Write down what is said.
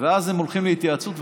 ואז הם הולכים להתייעצות.